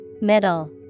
Middle